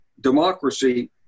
democracy